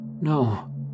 No